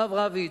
הרב רביץ,